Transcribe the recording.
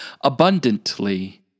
abundantly